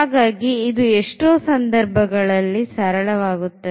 ಹಾಗಾಗಿ ಇದು ಎಷ್ಟೋ ಸಂದರ್ಭಗಳಲ್ಲಿ ಸರಳವಾಗುತ್ತದೆ